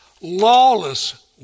lawless